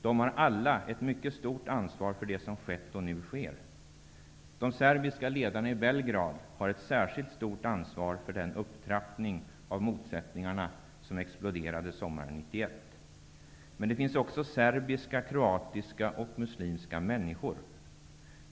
De har alla ett mycket stort ansvar för det som skett och nu sker. De serbiska ledarna i Belgrad har ett särskilt stort ansvar för den upptrappning av motsättningarna som exploderade sommaren 1991. Men det finns också serbiska, kroatiska och muslimska människor.